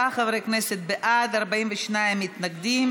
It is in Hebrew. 39 חברי כנסת בעד, 42 מתנגדים.